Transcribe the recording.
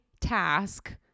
task